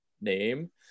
name